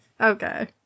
Okay